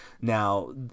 now